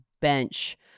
bench